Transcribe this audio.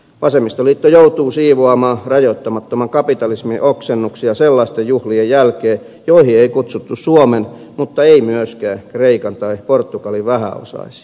vasemmistoliitto joutuu siivoamaan rajoittamattoman kapitalismin oksennuksia sellaisten juhlien jälkeen joihin ei kutsuttu suomen mutta ei myöskään kreikan tai portugalin vähäosaisia